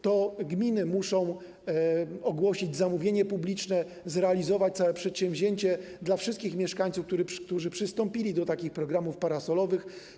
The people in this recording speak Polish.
To gminy muszą ogłosić zamówienie publiczne, zrealizować całe przedsięwzięcie dla wszystkich mieszkańców, którzy przystąpili do takich programów parasolowych.